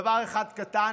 דבר אחד קטן,